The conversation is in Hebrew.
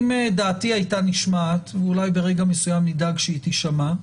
אם דעתי הייתה נשמעת אולי ברגע מסוים נדאג שהיא תשמע,